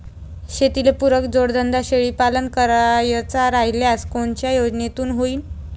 शेतीले पुरक जोडधंदा शेळीपालन करायचा राह्यल्यास कोनच्या योजनेतून होईन?